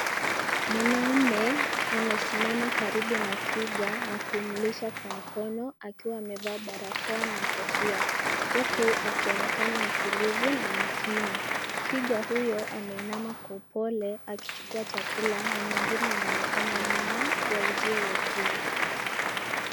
Mwanaume amesimama karibu na twiga na kumulisha kwa mkono akiwa amevaa barakoa na kofia huku akionekana mtulivu na makini. Twiga huyu ameinama kwa upole akichukua chakula na mwingine anaonekana nyuma ya uzio wa chuma.